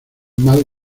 mal